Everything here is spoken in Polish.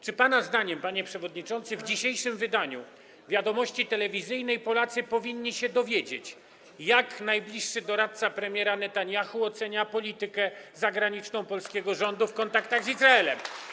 Czy pana zdaniem, panie przewodniczący, w dzisiejszym wydaniu „Wiadomości” telewizyjnych Polacy powinni się dowiedzieć, jak najbliższy doradca premiera Netanjahu ocenia politykę zagraniczną polskiego rządu w kontaktach z Izraelem?